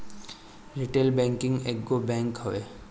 retail banking एगो bank हवे